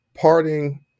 parting